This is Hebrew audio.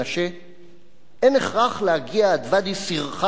אין הכרח להגיע עד ואדי סירחאן", אמר גנדי,